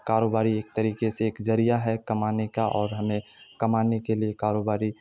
کاروباری ایک طریقے سے ایک ذریعہ ہے کمانے کا اور ہمیں کمانے کے لیے کاروباری